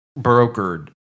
brokered